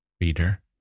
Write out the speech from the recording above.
reader